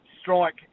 strike